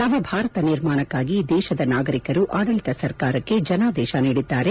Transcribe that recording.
ನವಭಾರತ ನಿರ್ಮಾಣಕ್ಕಾಗಿ ದೇಶದ ನಾಗರಿಕರು ಆಡಳಿತ ಸರ್ಕಾರಕ್ಕೆ ಜನಾದೇಶ ನೀಡಿದ್ದಾರೆ